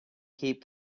keep